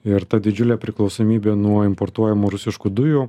ir ta didžiulė priklausomybė nuo importuojamų rusiškų dujų